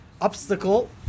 obstacle